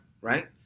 Right